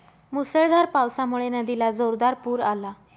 मुसळधार पावसामुळे नदीला जोरदार पूर आला